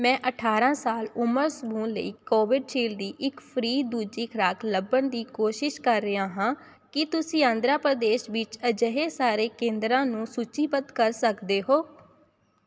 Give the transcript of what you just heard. ਮੈਂ ਅਠਾਰ੍ਹਾਂ ਸਾਲ ਉਮਰ ਸਮੂਹ ਲਈ ਕੋਵਿਸ਼ੀਲਡ ਦੀ ਇੱਕ ਫ੍ਰੀ ਦੂਜੀ ਖੁਰਾਕ ਲੱਭਣ ਦੀ ਕੋਸ਼ਿਸ਼ ਕਰ ਰਿਹਾ ਹਾਂ ਕੀ ਤੁਸੀਂ ਆਂਧਰਾ ਪ੍ਰਦੇਸ਼ ਵਿੱਚ ਅਜਿਹੇ ਸਾਰੇ ਕੇਂਦਰਾਂ ਨੂੰ ਸੂਚੀਬੱਧ ਕਰ ਸਕਦੇ ਹੋ